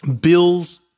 Bills